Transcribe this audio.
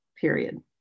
period